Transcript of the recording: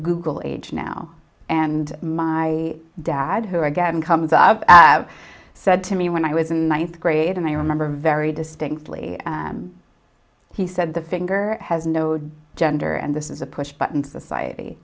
google age now and my dad who again comes up said to me when i was in ninth grade and i remember very distinctly time he said the finger has no gender and this is a push button society